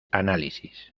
análisis